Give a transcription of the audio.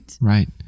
Right